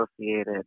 associated